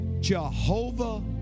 Jehovah